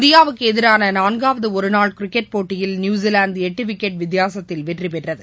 இந்தியாவுக்கு எதிரான நான்காவது ஒரு நாள் கிரிக்கெட் போட்டியில் நியூஸிலாந்து எட்டு விக்கெட் வித்தியாசத்தில் வெற்றிபெற்றது